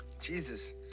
Jesus